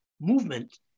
movement